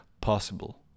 possible